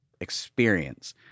experience